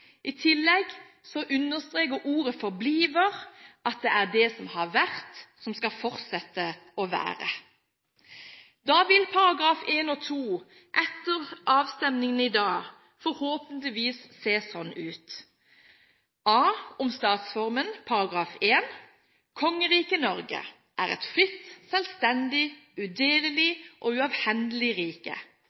I tillegg understreker «forbliver» at det er det som har vært, som skal fortsette å være. Da vil §§ 1 og 2 – etter avstemningen i dag – forhåpentligvis se sånn ut: A. Om Statsformen, § 1: «Kongeriget Norge er et frit, selvstendigt, udeleligt og